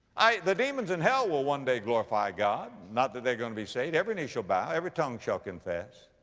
i, the demons in hell will one day glorify god, not that they are going to be saved. every knee shall bow, every tongue shall confess.